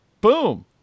boom